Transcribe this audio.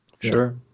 Sure